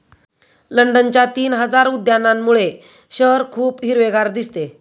लंडनच्या तीन हजार उद्यानांमुळे शहर खूप हिरवेगार दिसते